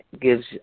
gives